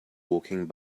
walking